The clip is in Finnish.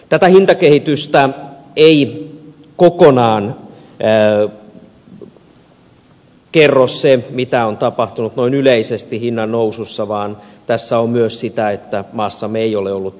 tätä hintakehitystä ei kokonaan selitä se mitä on tapahtunut noin yleisesti hinnan nousussa vaan tässä on myös sitä että maassamme ei ole ollut riittävästi kilpailua